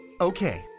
Okay